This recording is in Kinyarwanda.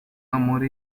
muri